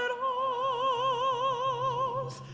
ah o